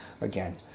again